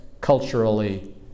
culturally